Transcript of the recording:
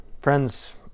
Friends